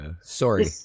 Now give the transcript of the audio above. Sorry